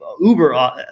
uber